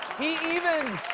he even